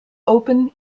open